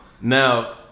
Now